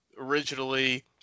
originally